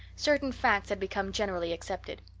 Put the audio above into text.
certain facts had become generally accepted.